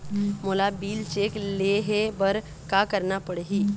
मोला bill check ले हे बर का करना पड़ही ही?